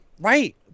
Right